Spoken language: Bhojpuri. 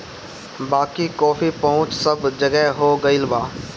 बाकी कॉफ़ी पहुंच सब जगह हो गईल बा